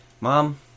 mom